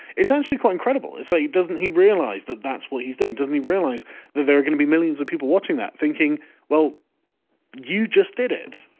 it's actually quite incredible it's like it doesn't he realize that that's what he's doing. doesn't he realize that they're gonna be millions of people watching that thinking well you just did it.